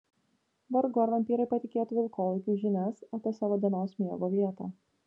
vargu ar vampyrai patikėtų vilkolakiui žinias apie savo dienos miego vietą